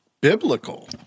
biblical